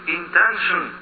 intention